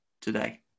today